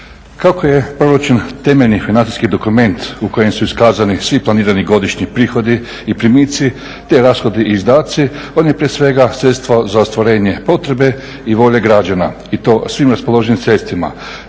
Kako je proučen temeljni financijski dokument u kojem su iskazani svi planirani godišnji prihodi i primici, te rashodi i izdaci on je prije svega sredstvo za ostvarenje potrebe i volje građana i to svim raspoloženim sredstvima